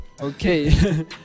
okay